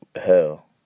hell